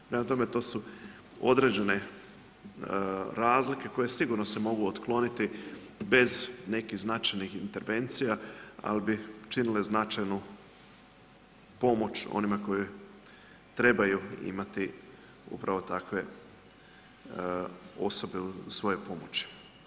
Prema tome, to su određene razlike koje sigurno se mogu otkloniti bez nekih značajnih intervencija ali bi činile značajnu pomoć onima koji trebaju imati upravo takve osobe u svojoj pomoći.